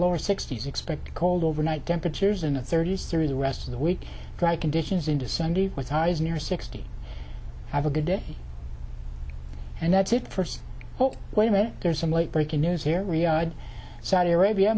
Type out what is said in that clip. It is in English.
lower sixty's expected cold overnight temperatures in the thirty's through the rest of the week dry conditions into sunday with highs near sixty five a good day and that's it first oh wait a minute there's some late breaking news here riyadh saudi arabia